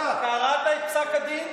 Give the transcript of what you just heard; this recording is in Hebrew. את חוק-היסוד למפית מקומטת, למסחרה פוליטית.